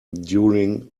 during